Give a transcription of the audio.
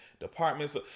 departments